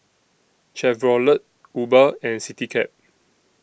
Chevrolet Uber and Citycab